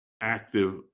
active